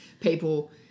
people